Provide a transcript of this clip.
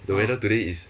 the weather today is